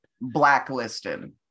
Blacklisted